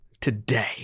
today